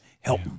help